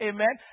Amen